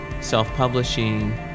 self-publishing